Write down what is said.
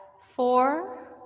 four